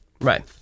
right